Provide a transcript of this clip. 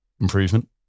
improvement